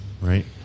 right